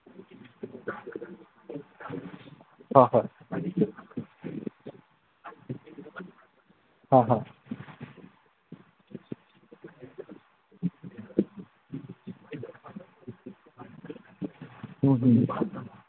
ꯍꯣꯏ ꯍꯣꯏ ꯍꯣꯏ ꯍꯣꯏ ꯎꯝ ꯎꯝ